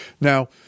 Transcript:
Now